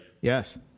Yes